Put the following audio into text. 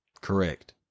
Correct